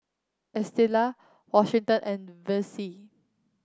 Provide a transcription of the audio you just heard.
Estela Washington and Vessie